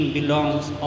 belongs